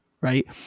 Right